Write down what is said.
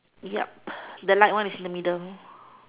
yup the light is in the middle